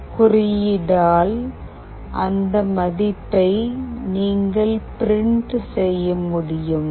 printf code அந்த மதிப்பை நீங்கள் பிரிண்ட் செய்ய முடியும்